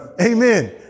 Amen